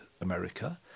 America